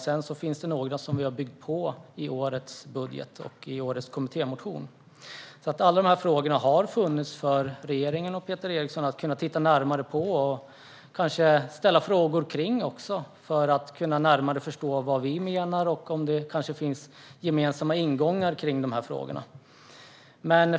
Sedan finns det några som vi har byggt på i årets budget och i årets kommittémotion. Alla förslag har alltså funnits för regeringen och Peter Eriksson att titta närmare på och kanske också ställa frågor om för att närmare kunna förstå vad vi sverigedemokrater menar och för att se om det kanske finns gemensamma ingångar i frågorna.